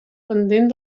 pendent